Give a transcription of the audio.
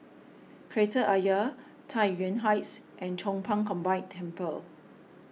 Kreta Ayer Tai Yuan Heights and Chong Pang Combined Temple